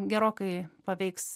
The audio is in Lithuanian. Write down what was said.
gerokai paveiks